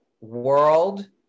world